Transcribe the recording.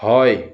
হয়